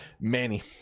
manny